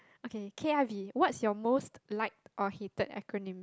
okay K_I_V what's your most liked or hated acronym